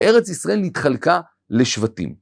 ארץ ישראל נתחלקה לשבטים.